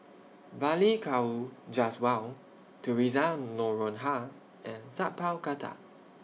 Balli Kaur Jaswal Theresa Noronha and Sat Pal Khattar